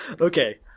Okay